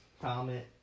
Comment